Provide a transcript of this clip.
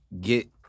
get